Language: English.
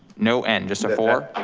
no n, just a four?